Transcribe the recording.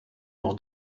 nog